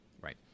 right